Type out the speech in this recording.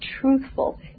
truthful